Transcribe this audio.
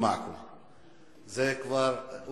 אתכם על התנהגותכם ומקווים שנישאר אתכם תמיד.) הוא מבין,